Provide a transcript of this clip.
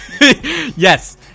Yes